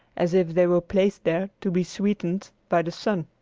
as if they were placed there to be sweetened by the sun.